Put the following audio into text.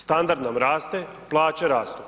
Standard nam raste, plaće rastu.